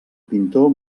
pintor